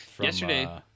yesterday